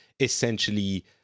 Essentially